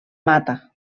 mata